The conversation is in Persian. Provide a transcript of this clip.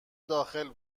داخل